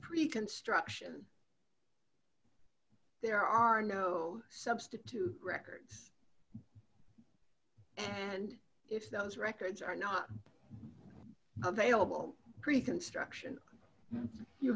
pre construction there are no substitute records and if those records are not available pre construction you